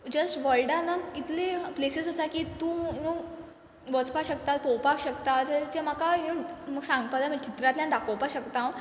just वल्डानान इतले places आसा की तूं यू नो वचपा शकता पोवपाक शकता जे जे म्हाका यू नो म्हूक सांगपा जाय म्हाज चित्रांतल्यान दाखोवपा शकता हांव